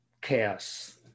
chaos